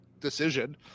decision